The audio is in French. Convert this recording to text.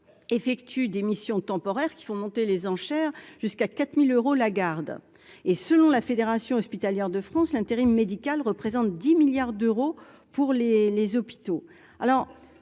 effectuent des missions temporaires qui font monter les enchères jusqu'à quatre mille euros la garde et, selon la Fédération hospitalière de France, l'intérim médical représente 10 milliards d'euros pour les les hôpitaux